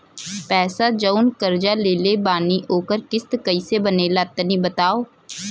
पैसा जऊन कर्जा लेले बानी ओकर किश्त कइसे बनेला तनी बताव?